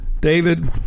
David